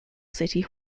city